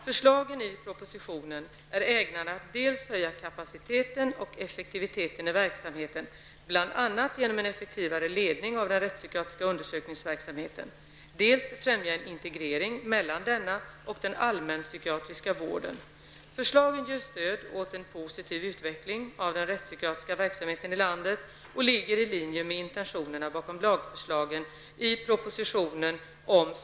Förslagen i propositionen är ägnade att dels höja kapaciteten och effektiviteten i verksamheten, bl.a. genom en effektivare ledning av den rättspsykiatriska undersökningsverksamheten, dels främja en integrering mellan denna och den allmänpsykiatriska vården. Förslagen ger stöd åt en positiv utveckling av den rättspsykiatriska verksamheten i landet och ligger i linje med intentionerna bakom lagförslagen i prop.